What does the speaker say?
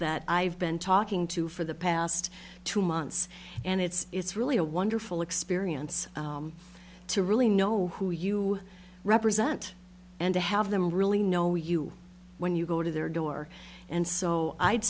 that i've been talking to for the past two months and it's really a wonderful experience to really know who you represent and to have them really know you when you go to their door and so i'd